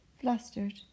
flustered